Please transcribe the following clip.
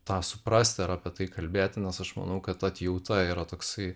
tą suprasti ar apie tai kalbėti nes aš manau kad atjauta yra toksai